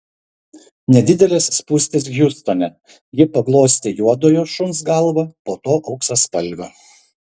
nedidelės spūstys hjustone ji paglostė juodojo šuns galvą po to auksaspalvio